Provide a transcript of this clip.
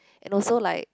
and also like